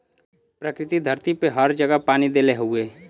प्रकृति धरती पे हर जगह पानी देले हउवे